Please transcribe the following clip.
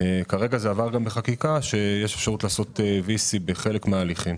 כרגע זה עבר גם בחקיקה שיש אפשרות לעשות VC בחלק מההליכים.